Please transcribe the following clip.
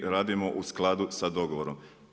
Radimo u skladu sa dogovorom.